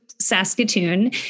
Saskatoon